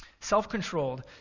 Self-controlled